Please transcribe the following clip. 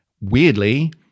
weirdly